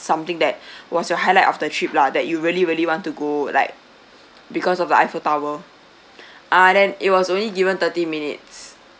something that was your highlight of the trip lah that you really really want to go like because of the eiffel tower uh then it was only given thirty minutes